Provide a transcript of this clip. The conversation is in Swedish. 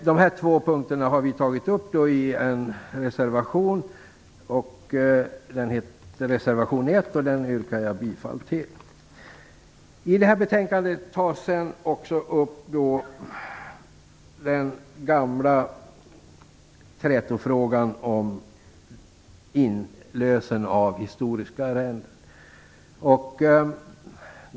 De här två punkterna har vi tagit upp i reservation 1, som jag yrkar bifall till. I det här betänkandet tas också upp den gamla trätofrågan om inlösen av historiska arrenden.